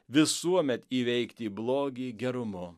visuomet įveikti blogį gerumu